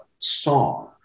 song